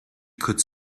could